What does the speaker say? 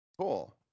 Cool